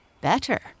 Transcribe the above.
better